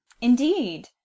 Indeed